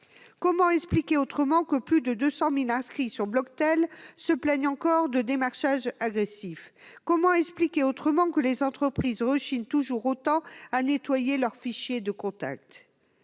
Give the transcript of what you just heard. Comment expliquer autrement que plus de 200 000 personnes inscrites sur Bloctel se plaignent encore de démarchage agressif ? Comment expliquer autrement que les entreprises rechignent toujours autant à nettoyer leurs fichiers de contacts ?